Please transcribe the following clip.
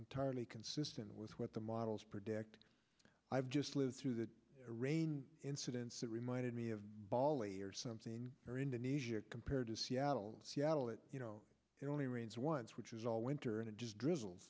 entirely consistent with what the models predict i've just lived through the rain incidents it reminded me of bali or something or indonesia compared to seattle seattle it you know it only rains once which is all winter and